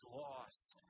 lost